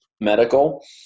medical